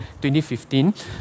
2015